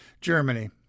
Germany